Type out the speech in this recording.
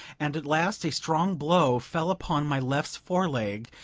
and at last a strong blow fell upon my left foreleg,